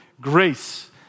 grace